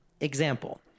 Example